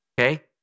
okay